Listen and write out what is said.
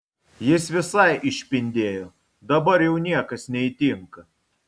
jis visai išpindėjo dabar jau niekas neįtinka